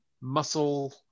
muscle